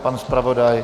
Pan zpravodaj?